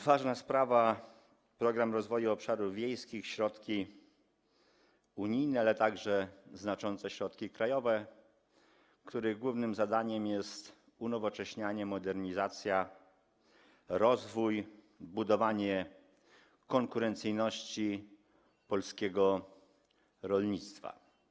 Ważna sprawa - Program Rozwoju Obszarów Wiejskich, środki unijne, ale także znaczące środki krajowe, których głównym zadaniem jest unowocześnianie, modernizacja, rozwój, budowanie konkurencyjności polskiego rolnictwa.